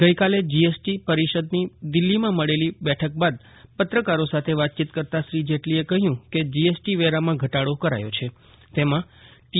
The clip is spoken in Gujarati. ગઇકાલે જીએસટી પરિષદની દિલ્હીમાં મળેલી બેઠક બાદ પત્રકારો સાથે વાતચીત કરતાં શ્રી જેટલીએ કહ્યું કે જીએસટી વેરામાં ઘટાડો કરાયો છે તેમાં ટી